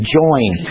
join